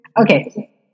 Okay